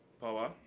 power